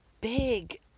big